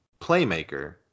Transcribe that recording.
playmaker